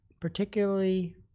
particularly